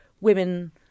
women